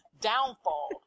downfall